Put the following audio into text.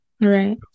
Right